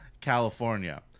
California